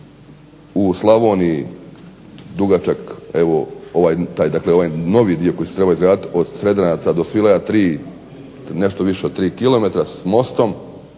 u Slavoniji dugačak, dakle ovaj novi dio koji se treba izgraditi od Sredanaca do Svilaja 3, nešto više od 3 km s mostom,